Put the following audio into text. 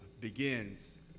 begins